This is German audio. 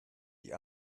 die